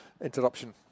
interruption